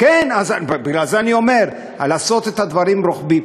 לכן אני אומר, לעשות את הדברים רוחבי.